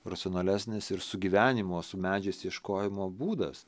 racionalesnis ir sugyvenimo su medžiais ieškojimo būdas